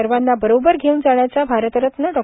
सर्वाना बरोबर घेवून जाण्याचा भारतरत्न डॉ